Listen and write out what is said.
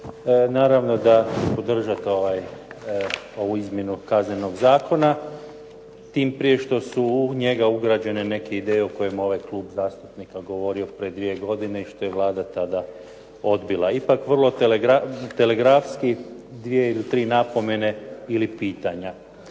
Naravno da ću podržati ovaj, ovu izmjenu Kaznenog zakona. Tim prije što su u njega ugrađene neke ideje o kojima je ovaj klub zastupnika govorio prije dvije godine i što je Vlada tada odbila. Ipak vrlo telegrafski dvije do tri napomene ili pitanja.